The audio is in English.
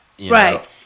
Right